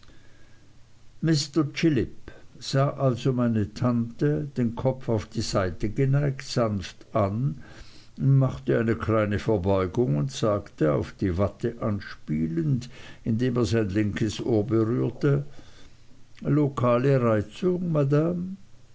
mr chillip sah also meine tante den kopf auf die seite geneigt sanft an machte eine kleine verbeugung und sagte auf die watte anspielend indem er sein linkes ohr berührte lokale reizung madame